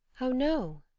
oh, no.